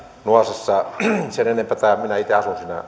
nuasessa sen enempää minä itse asun siinä rannalla ja siinä talvivaaran